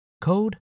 code